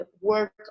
work